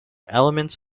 elements